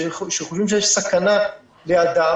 שחושבים שיש סכנה לבן אדם,